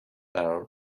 قرار